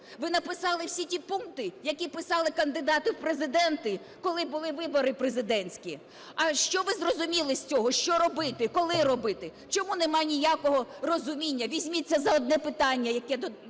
Ви написали всі ті пункти, які писали кандидати в президенти, коли були вибори президентські. А що ви зрозуміли з цього, що робити, коли робити? Чому нема ніякого розуміння? Візьміться за одне питання, яке надасть